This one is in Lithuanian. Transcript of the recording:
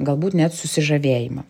galbūt net susižavėjimą